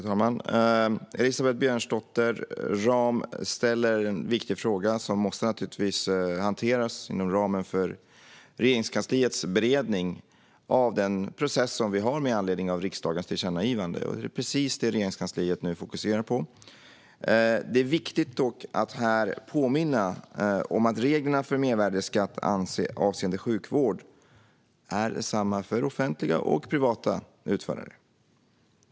Fru ålderspresident! Elisabeth Björnsdotter Rahm ställer en viktig fråga som naturligtvis måste hanteras inom ramen för Regeringskansliets beredning av riksdagens tillkännagivande. Det är detta som Regeringskansliet nu fokuserar på. Det är dock viktigt att här påminna om att reglerna för mervärdesskatt avseende sjukvård är desamma för offentliga och privata utförare.